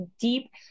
deep